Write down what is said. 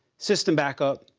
system back up,